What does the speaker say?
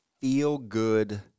feel-good